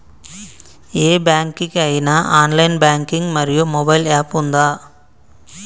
ఏ bank కి ఐనా online banking మరియు మొబైల్ యాప్ ఉందా?